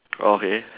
oh okay